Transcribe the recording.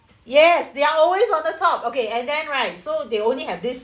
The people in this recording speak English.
yes they are always on the top okay and then right so they only have this